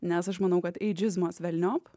nes aš manau kad eidžizmas velniop